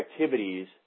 activities